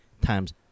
times